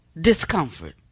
Discomfort